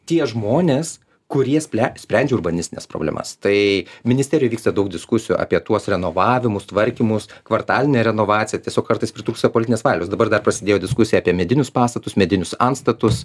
tie žmonės kurie sple sprendžia urbanistines problemas tai ministerijoj vyksta daug diskusijų apie tuos renovavimus tvarkymus kvartalinę renovaciją tiesiog kartais pritrūksta politinės valios dabar dar prasidėjo diskusija apie medinius pastatus medinius antstatus